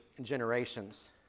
generations